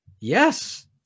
Yes